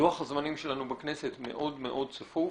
לוח הזמנים שלנו בכנסת מאוד מאוד צפוף.